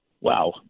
wow